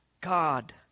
God